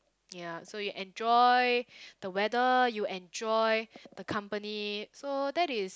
ya so you enjoy the weather you enjoy the company so that is